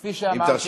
כפי שאמרתי,